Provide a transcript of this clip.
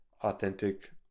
authentic